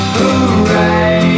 hooray